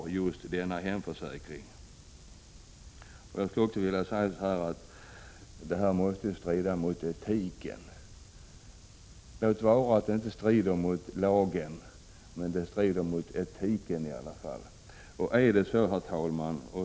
Detta måste också strida mot etiken. Låt vara att det inte strider mot lagen; det strider i alla fall mot etiken. Herr talman!